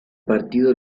partido